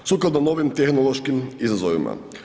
Sukladno novim tehnološkim izazovima.